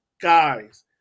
Guys